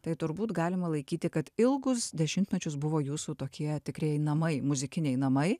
tai turbūt galima laikyti kad ilgus dešimtmečius buvo jūsų tokie tikrieji namai muzikiniai namai